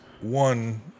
one